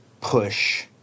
push